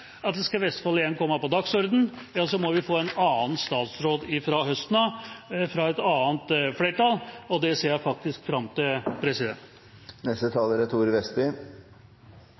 den at skal Vestfold igjen komme på dagsordenen, må vi få en annen statsråd fra høsten av, fra et annet flertall, og det ser jeg faktisk fram til.